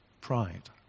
pride